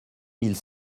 mille